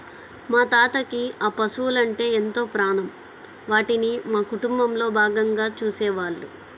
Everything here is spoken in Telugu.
మా తాతకి ఆ పశువలంటే ఎంతో ప్రాణం, వాటిని మా కుటుంబంలో భాగంగా చూసేవాళ్ళు